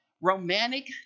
romantic